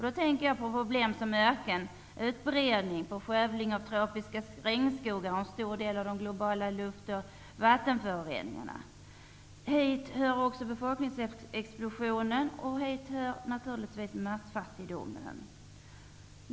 Dit hör problem som ökenutbredning, skövling av tropiska regnskogar och en stor del av de globala luft och vattenföroreningarna. Hit hör också befolkningsexplosionen och naturligtvis massfattigdomen.